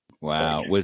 Wow